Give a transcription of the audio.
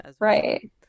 Right